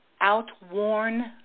outworn